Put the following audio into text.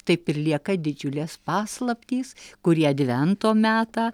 taip ir lieka didžiulės paslaptys kurį advento metą